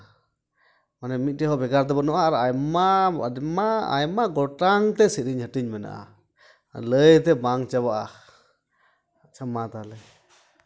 ᱢᱟᱱᱮ ᱢᱤᱫᱴᱮᱱ ᱦᱚᱸ ᱵᱷᱮᱜᱟᱨ ᱫᱚ ᱵᱟᱹᱱᱩᱜᱼᱟ ᱟᱭᱢᱟ ᱟᱭᱢᱟ ᱟᱭᱢᱟ ᱜᱚᱴᱟᱝ ᱛᱮ ᱥᱤᱨᱤᱧ ᱦᱟᱹᱴᱤᱧ ᱢᱮᱱᱟᱜᱼᱟ ᱞᱟᱹᱭᱛᱮ ᱵᱟᱝ ᱪᱟᱵᱟᱜᱼᱟ ᱟᱪᱪᱷᱟ ᱢᱟ ᱛᱟᱦᱞᱮ